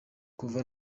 kuva